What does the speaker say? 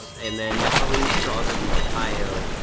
and then natalie strauser from ohio,